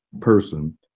person